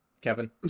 Kevin